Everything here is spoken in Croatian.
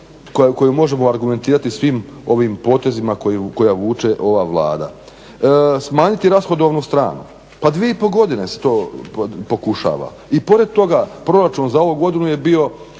koju možemo argumentirati svim ovim potezima koja vuče ova Vlada. Smanjiti rashodovnu stranu, pa 2,5 godine se to pokušava i pored toga proračun za ovu godinu je bio